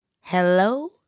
Hello